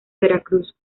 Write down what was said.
veracruz